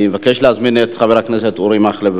אני מבקש להזמין את חבר הכנסת אורי מקלב.